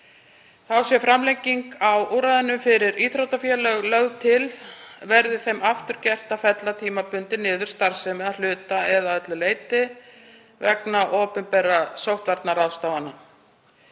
Þá sé framlenging á úrræðinu fyrir íþróttafélög lögð til verði þeim aftur gert að fella tímabundið niður starfsemi að hluta eða öllu leyti vegna opinberra sóttvarnaráðstafana.